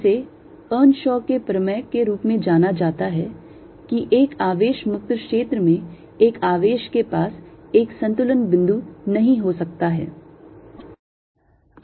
इसे इर्नशॉ के प्रमेय के रूप में जाना जाता है कि एक आवेश मुक्त क्षेत्र में एक आवेश के पास एक संतुलन बिंदु नहीं हो सकता है